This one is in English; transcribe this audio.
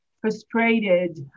frustrated